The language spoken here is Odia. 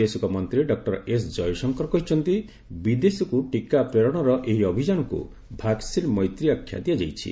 ବୈଦେଶିକ ମନ୍ତ୍ରୀ ଡକ୍କର ଏସ୍ ଜୟଶଙ୍କର କହିଛନ୍ତି ବିଦେଶକୁ ଟିକା ପ୍ରେରଣର ଏହି ଅଭିଯାନକୁ 'ଭାକ୍ସିନ୍ ମୈତ୍ରୀ' ଆଖ୍ୟା ଦିଆଯାଇଛି